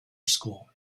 school